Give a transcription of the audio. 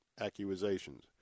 accusations